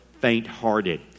faint-hearted